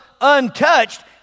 untouched